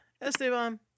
Esteban